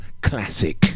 classic